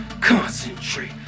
concentrate